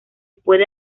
puede